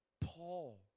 Paul